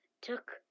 took